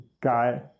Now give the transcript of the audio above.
guy